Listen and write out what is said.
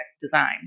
design